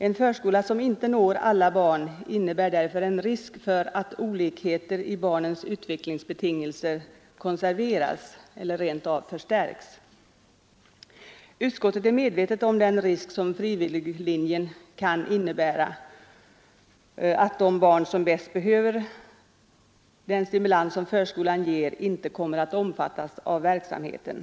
En förskola som inte når alla barn innebär därför risk för att olikheter i barnens utvecklingsbetingelser konserveras eller rent av förstärks. Utskottet är medvetet om den risk som frivilliglinjen kan innebära, att de barn som bäst behöver den stimulans som förskolan ger inte kommer att omfattas av den verksamheten.